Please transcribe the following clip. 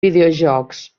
videojocs